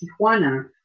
Tijuana